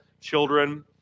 children